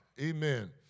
Amen